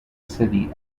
city